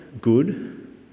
good